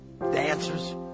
dancers